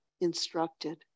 instructed